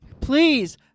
please